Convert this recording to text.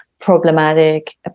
problematic